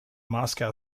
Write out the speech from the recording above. moscow